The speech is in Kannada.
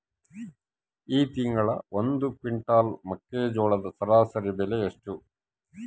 ಈ ತಿಂಗಳ ಒಂದು ಕ್ವಿಂಟಾಲ್ ಮೆಕ್ಕೆಜೋಳದ ಸರಾಸರಿ ಬೆಲೆ ಎಷ್ಟು?